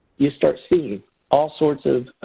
you start seeing all sorts of